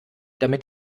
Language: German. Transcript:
damit